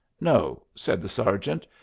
no, said the sergeant.